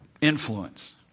influence